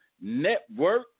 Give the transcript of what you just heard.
Network